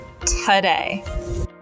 today